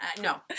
No